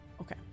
Okay